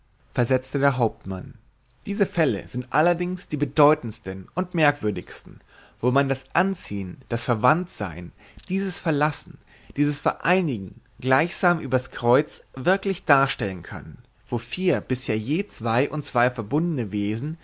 versetzte der hauptmann diese fälle sind allerdings die bedeutendsten und merkwürdigsten wo man das anziehen das verwandtsein dieses verlassen dieses vereinigen gleichsam übers kreuz wirklich darstellen kann wo vier bisher je zwei zu zwei verbundene wesen